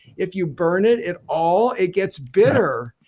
if you burn it at all it gets bitter.